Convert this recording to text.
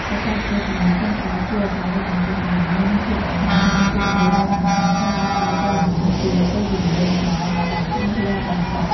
បច្ចេកវិទ្យាទំនើបចុងក្រោយជួយឱ្យការដឹកជញ្ជូនទំនិញមានភាពរហ័ស និង ជាគន្លឹះដ៏សំខាន់ក្នុងការផ្តល់ព័ត៌មានពីពេលវេលាមកដល់ឱ្យបានច្បាស់លាស់បំផុត។